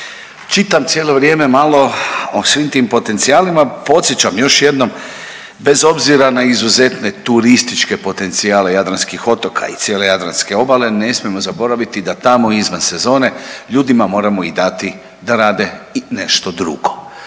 čitam cijelo vrijeme malo o svim tim potencijalima i podsjećam još jednom bez obzira na izuzetne turističke potencijale jadranskih otoka i cijele jadranske obale ne smijemo zaboraviti da tamo izvan sezone ljudima moramo i dati da rade i nešto drugo.